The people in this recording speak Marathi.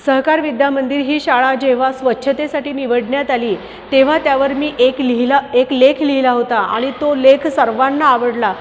सहकार विद्या मंदिर ही शाळा जेव्हा स्वच्छतेसाठी निवडण्यात आली तेव्हा त्यावर मी एक लिहिला एक लेख लिहिला होता आणि तो लेख सर्वांना आवडला